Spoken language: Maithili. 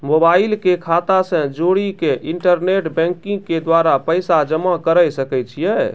मोबाइल के खाता से जोड़ी के इंटरनेट बैंकिंग के द्वारा पैसा जमा करे सकय छियै?